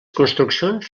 construccions